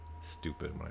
stupid